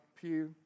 pew